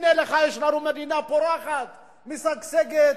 הנה לך, יש לנו מדינה פורחת, משגשת,